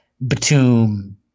Batum